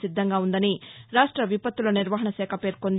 సిద్దంగా ఉందని రాష్ట విపత్తుల నిర్వహణ శాఖ పేర్కొంది